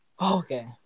Okay